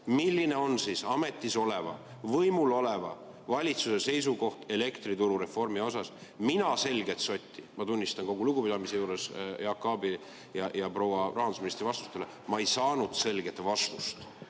milline on ametis oleva, võimul oleva valitsuse seisukoht elektrituru reformi osas? Mina selget sotti, ma tunnistan kogu lugupidamise juures Jaak Aabi ja proua rahandusministri vastuste suhtes [ei saanud]. Ma ei saanud selget vastust.